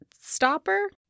Stopper